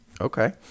Okay